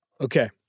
okay